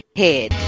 head